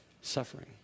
suffering